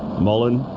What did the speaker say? mullen,